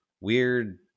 weird